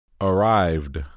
Arrived